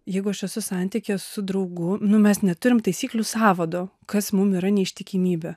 jeigu aš esu santykyje su draugu nu mes neturim taisyklių sąvado kas mum yra neištikimybė